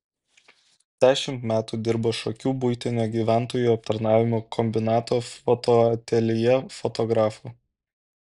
dešimt metų dirbo šakių buitinio gyventojų aptarnavimo kombinato fotoateljė fotografu